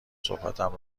صحبتم